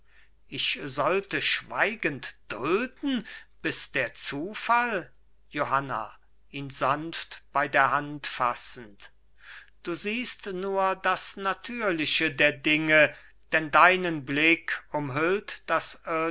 ich sollte schweigend dulden bis der zufall johanna ihn sanft bei der hand fassend du siehst nur das natürliche der dinge denn deinen blick umhüllt das